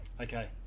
Okay